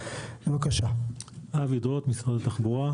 אני מנהל אגף תשתיות במשרד התחבורה,